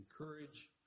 encourage